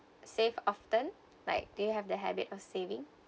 save often like do you have the habit of saving